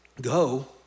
go